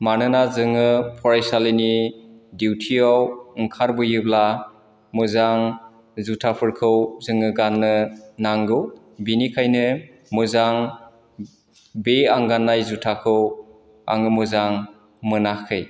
मानोना जोङो फरायसालिनि डिउथियाव ओंखारबोयोब्ला मोजां जुथाफोरखौ जोङो गाननो नांगौ बिनिखायनो मोजां बि आं गाननाय जुथाखौ आङो मोजां मोनाखै